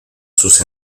sus